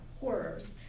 horrors